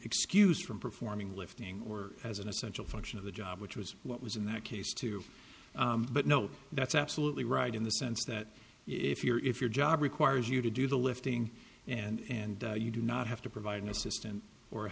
excused from performing lifting or as an essential function of the job which was what was in that case too but no that's absolutely right in the sense that if you're if your job requires you to do the lifting and you do not have to provide an assistant or a